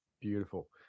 Beautiful